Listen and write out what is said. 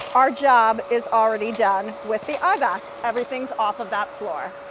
our job is already done with the eyevac, everything off of that floor.